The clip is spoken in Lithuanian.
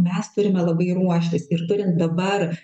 mes turime labai ruoštis ir turim dabar